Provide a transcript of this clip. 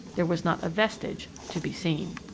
there was not a vestige to be seen!